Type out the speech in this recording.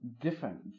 different